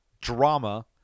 drama